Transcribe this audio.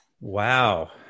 Wow